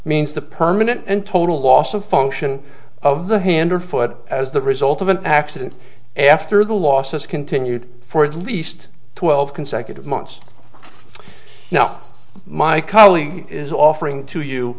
means to permanent and total loss of function of the hand or foot as the result of an accident after the loss has continued for at least twelve consecutive months now my colleague is offering to you